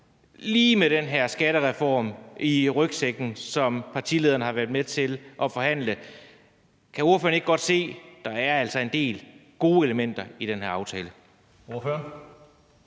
med den her skattereform i rygsækken, som hun som partileder har været med til at forhandle? Kan ordføreren ikke godt se, at der altså er en del gode elementer i den her aftale? Kl.